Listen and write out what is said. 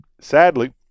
sadly